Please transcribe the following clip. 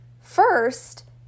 first